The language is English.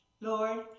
Lord